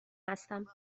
هستم